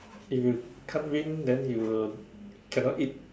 if you can't win then you cannot eat